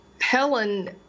Helen